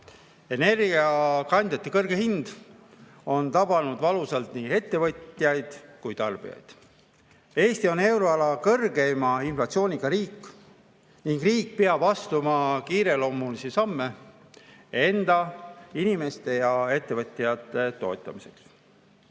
Energiakandjate kõrge hind on tabanud valusalt nii ettevõtjaid kui ka tarbijaid. Eesti on euroala kõrgeima inflatsiooniga riik ning riik peab astuma kiireloomulisi samme enda, inimeste ja ettevõtjate toetamiseks.